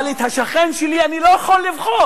אבל את השכן שלי אני לא יכול לבחור.